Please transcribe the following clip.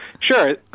Sure